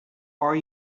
are